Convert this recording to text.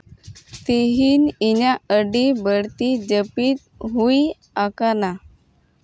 ᱛᱮᱦᱤᱧ ᱤᱧᱟᱹᱜ ᱟᱹᱰᱤ ᱵᱟᱹᱲᱛᱤ ᱡᱟᱹᱯᱤᱫ ᱦᱩᱭ ᱟᱠᱟᱱᱟ